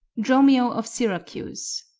dromio of syracuse.